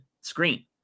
screen